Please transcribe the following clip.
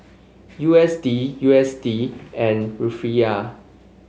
U S D U S D and Rufiyaa